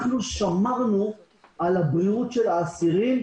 אנחנו שמרנו על הבריאות של האסירים